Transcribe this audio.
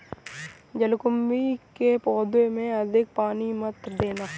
जलकुंभी के पौधों में अधिक पानी मत देना